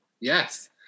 Yes